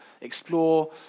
explore